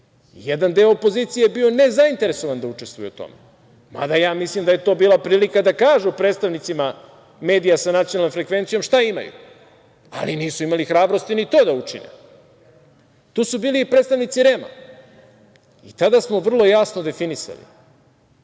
Jedan deo opozicije je bio nezainteresovan da učestvuje u tome, mada mislim da je to bila prilika da kažu predstavnicima medija sa nacionalnom frekvencijom šta imaju, ali nisu imali hrabrosti ni to da učine. Tu su bili i predstavnici REM-a i tada smo vrlo jasno definisali